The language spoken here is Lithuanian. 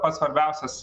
pats svarbiausias